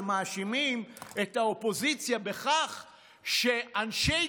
שמאשימים את האופוזיציה בכך שאנשי